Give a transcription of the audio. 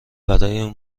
برای